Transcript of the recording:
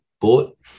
bought